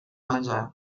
menjar